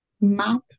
map